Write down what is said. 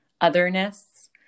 otherness